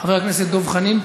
חבר הכנסת דב חנין,